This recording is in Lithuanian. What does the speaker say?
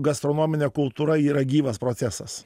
gastronominė kultūra yra gyvas procesas